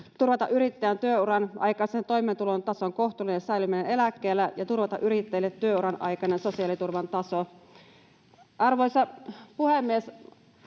turvata yrittäjän työuran aikaisen toimeentulon tason kohtuullinen säilyminen eläkkeellä ja turvata yrittäjille työuran aikainen sosiaaliturvan taso. Arvoisa puhemies!